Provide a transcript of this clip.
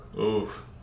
Oof